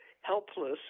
helpless